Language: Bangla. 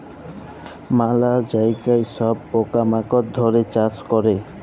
ম্যালা জায়গায় সব পকা মাকড় ধ্যরে চাষ ক্যরে